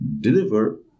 deliver